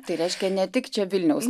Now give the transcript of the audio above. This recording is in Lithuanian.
tai reiškia ne tik čia vilniaus